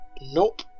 Nope